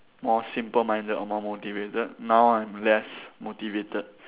more simple minded or more motivated now I'm less motivated